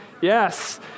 Yes